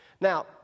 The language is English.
Now